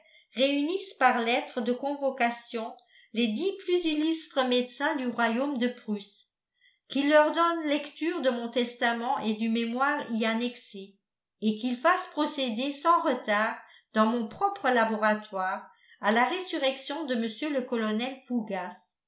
réunisse par lettre de convocation les dix plus illustres médecins du royaume de prusse qu'il leur donne lecture de mon testament et du mémoire y annexé et qu'il fasse procéder sans retard dans mon propre laboratoire à la résurrection de mr le colonel fougas